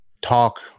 talk